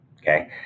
okay